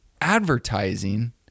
advertising